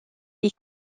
est